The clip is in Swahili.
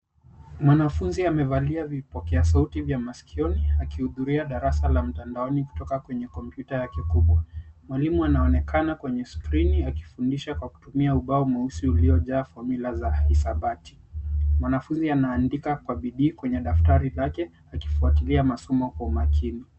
Mwanafunzi amevalia vipokea sauti vya masikio akihudhuria darasa la mtandaoni kutoka kwa kompyuta yake kubwa. Mwalimu anaonekana kwenye skrini akifundisha kwa kutumia ubao mweusi uliojaa fomula za hisabati. Mwanafunzi anaandika kwa bidii kwenye daftari lake akifuatilia masomo kwa makini.